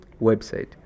website